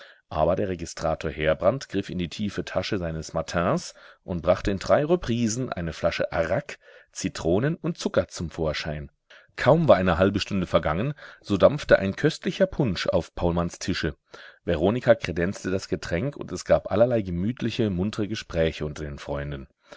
aber der registrator heerbrand griff in die tiefe tasche seines matins und brachte in drei reprisen eine flasche arrak zitronen und zucker zum vorschein kaum war eine halbe stunde vergangen so dampfte ein köstlicher punsch auf faulmanns tische veronika kredenzte das getränk und es gab allerlei gemütliche muntre gespräche unter den freunden